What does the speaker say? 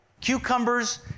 cucumbers